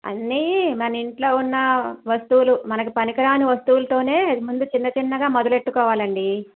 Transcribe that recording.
అన్నీ మన ఇంట్లో ఉన్న వస్తువులు మనకి పనికిరాని వస్తువులతోనే ముందు చిన్న చిన్నగా మొదలెట్టుకోవాలి అండి